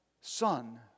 Son